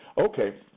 Okay